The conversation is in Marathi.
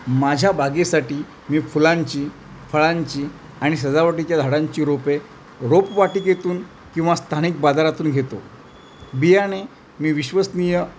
माझ्या बागेसाठी मी फुलांची फळांची आणि सजावटीच्या झाडांची रोपे रोपवाटीकेतून किंवा स्थानिक बाजारातून घेतो बियाणे मी विश्वसनीय